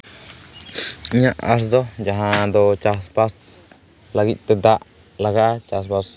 ᱤᱧᱟᱹᱜ ᱟᱸᱥ ᱫᱚ ᱡᱟᱦᱟᱸ ᱫᱚ ᱪᱟᱥᱼᱵᱟᱥ ᱞᱟᱹᱜᱤᱫᱛᱮ ᱫᱟᱜ ᱞᱟᱜᱟᱜᱼᱟ ᱪᱟᱥᱼᱵᱟᱥ